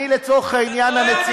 אני לצורך העניין הנציג שלהם.